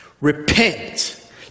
Repent